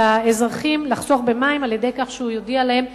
האזרחים לחסוך במים על-ידי כך שהוא יודיע להם,